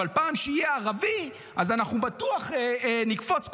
אבל פעם שיהיה ערבי, אז אנחנו בטוח נקפוץ כולנו.